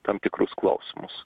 tam tikrus klausimus